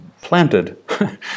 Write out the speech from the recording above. planted